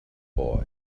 boy